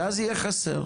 ואז יהיה חסר.